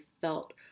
felt